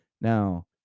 Now